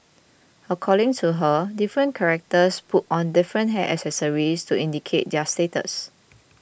according to her different characters put on different hair accessories to indicate their status